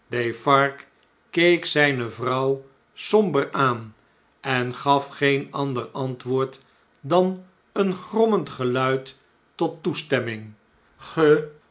keek zijne vrouw somber aan en gaf geen ander antwoord dan een grommend geluid tot toestemming b ge